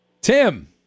Tim